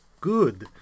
good